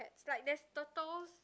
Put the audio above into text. there's like there's turtles